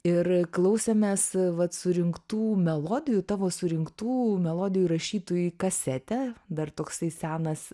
ir klausėmės vat surinktų melodijų tavo surinktų melodijų įrašytų į kasetę dar toksai senas